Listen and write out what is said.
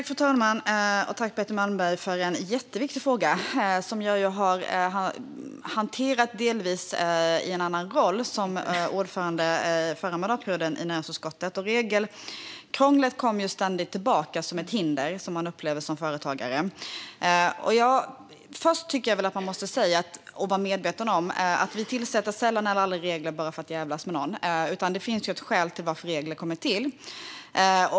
Fru talman! Tack, Betty Malmberg, för en jätteviktig fråga som jag delvis har hanterat i min roll som ordförande i näringsutskottet under den förra mandatperioden! Regelkrånglet kommer ständigt tillbaka som ett hinder som man upplever som företagare. Först tycker jag att man måste vara medveten om att vi sällan eller aldrig tillsätter regler bara för att jävlas med någon, utan det finns skäl till att regler kommer till.